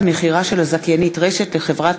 התשע"ד 2014, מאת חברי